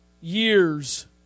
years